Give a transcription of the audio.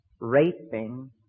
raping